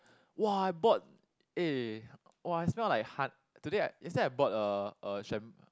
!wah! I bought eh I smell like hon~ today I yesterday I bought a a sham~